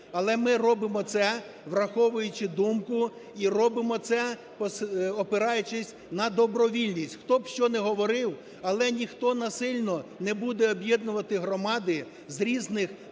Але ми робимо це, враховуючи думку і робимо це опираючись на добровільність, хто б що не говорив, але ніхто насильно не буде об'єднувати громади з різних районів,